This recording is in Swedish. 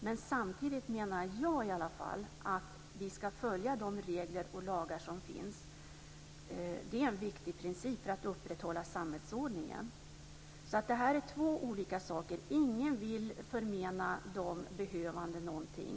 Men samtidigt menar i alla fall jag att vi ska följa de regler och lagar som finns. Det är en viktig princip för att upprätthålla samhällsordningen. Det är två olika saker. Ingen vill förmena de behövande någonting.